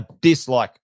dislike